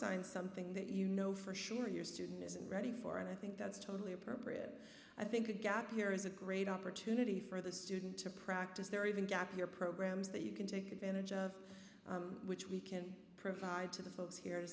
cosign something that you know for sure your student isn't ready for and i think that's totally appropriate i think a gap here is a great opportunity for the student to practice there even gap year programs that you can take advantage of which we can provide to the folks here to